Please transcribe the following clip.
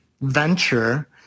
venture